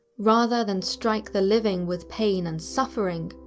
rather than strike the living with pain and suffering,